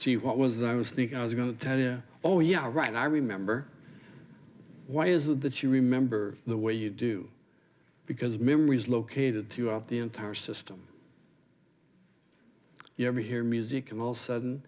see what was i was thinking i was going to tell yeah oh yeah right i remember why is it that you remember the way you do because memories located throughout the entire system you ever hear music and all sudden